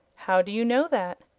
how do you know that?